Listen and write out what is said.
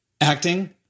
acting